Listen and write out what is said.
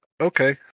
Okay